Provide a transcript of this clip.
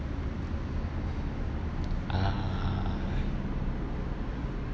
uh